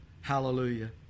Hallelujah